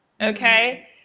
Okay